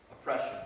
oppression